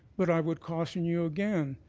but i would caution you again,